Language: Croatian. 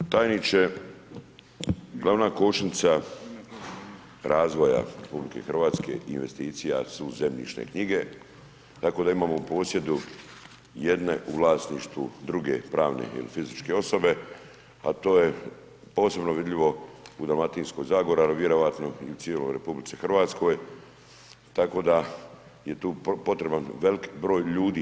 Tajniče, glavna kočnica razvoja RH investicija su zemljišne knjige tako da imamo u posjedu jedne, u vlasništvu druge pravne ili fizičke osobe a to je posebno vidljivo u Dalmatinskoj zagori ali vjerojatno i u cijeloj RH, tako da je tu potreban veliki broj ljudi.